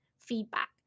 feedback